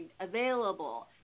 available